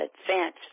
advance